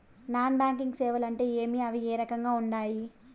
non banking సేవలు అంటే ఏమి అవి ఏ రకంగా ఉండాయి